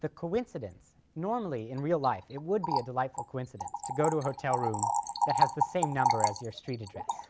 the coincidence normally, in real life, it would be a delightful coincidence to go to a hotel room that has the same number as your street address